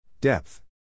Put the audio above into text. Depth